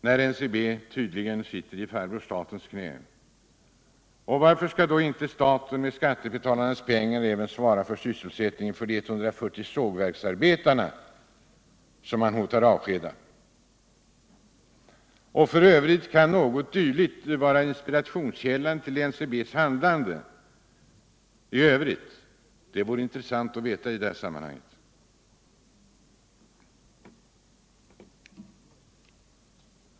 NCB sitter tydligen i farbror statens knä. Varför skall då inte staten med skattebetalarnas pengar även svara för sysselsättningen av de 140 sågverksarbetare som man hotar avskeda? Kan något dylikt vara inspirationskällan till NCB:s handlande i övrigt? Det vore intressant att få veta i detta sammanhang.